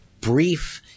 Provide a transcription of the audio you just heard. brief